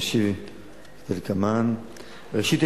אני אשיב כדלקמן: ראשית,